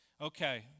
Okay